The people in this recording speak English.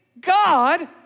God